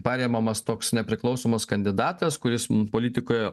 paremamas toks nepriklausomas kandidatas kuris politikoje